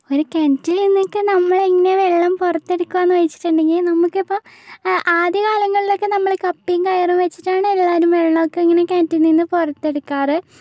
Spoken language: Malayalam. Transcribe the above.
ഒരു കിണറ്റിൽ നിന്നൊക്കെ നമ്മളിങ്ങനെ വെള്ളം പുറത്തെടുക്കുവോന്ന് ചോദിച്ചിട്ടുണ്ടെങ്കിൽ നമ്മുക്കിപ്പോൾ ആദ്യകാലങ്ങളിലൊക്കെ നമ്മള് കപ്പിയും കയറും വെച്ചിട്ടാണ് എല്ലാവരും വെള്ളോക്കെ ഇങ്ങനെ കെണറ്റിൽ നിന്ന് പോറത്തെടുക്കാറ്